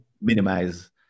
minimize